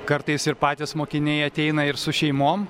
kartais ir patys mokiniai ateina ir su šeimom